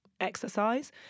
exercise